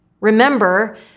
Remember